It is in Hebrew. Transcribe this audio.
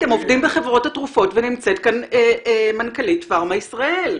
אתם עובדים בחברות התרופות ונמצאת כאן מנכ"לית פארמה ישראל.